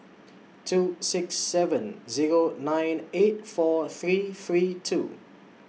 two six seven Zero nine eight four three three two